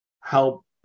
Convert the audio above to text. help